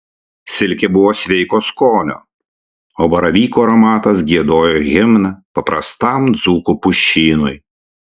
silkė buvo sveiko skonio o baravykų aromatas giedojo himną paprastam dzūkų pušynui